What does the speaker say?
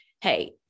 hey